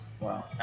Wow